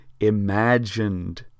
Imagined